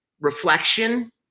reflection